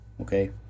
Okay